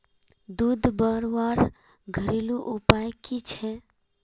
दूध बढ़वार घरेलू उपाय की छे?